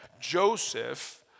Joseph